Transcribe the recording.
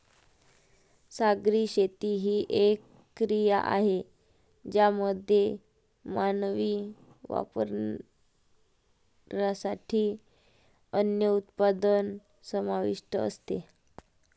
सागरी शेती ही एक क्रिया आहे ज्यामध्ये मानवी वापरासाठी अन्न उत्पादन समाविष्ट असते